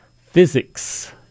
Physics